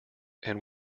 and